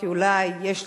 כי אולי יש לנו,